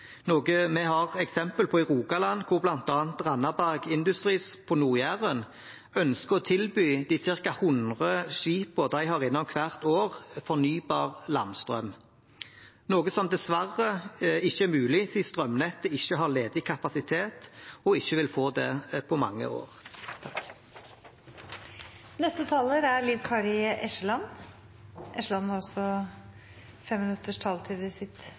noe vi har eksempel på i Rogaland, hvor bl.a. Randaberg Industries på Nord-Jæren ønsker å tilby de ca. 100 skipene de har innom hvert år, fornybar landstrøm, noe som dessverre ikke er mulig siden strømnettet ikke har ledig kapasitet og ikke vil få det på mange år.